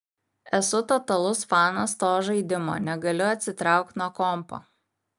esu totalus fanas to žaidimo negaliu atsitraukt nuo kompo